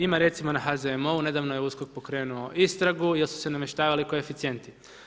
Ima recimo na HZMO-u, nedavno je USKOK pokrenuo istragu jer su se namještavali koeficijenti.